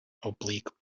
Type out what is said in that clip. oblique